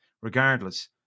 Regardless